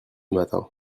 matin